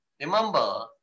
Remember